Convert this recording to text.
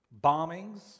bombings